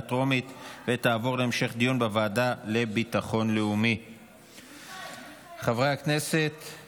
טרומית ותעבור לוועדה לביטחון לאומי להמשך דיון.